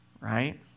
right